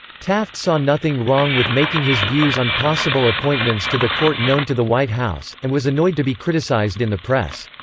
taft saw nothing wrong with making his views on possible appointments to the court known to the white house, and was annoyed to be criticized in the press.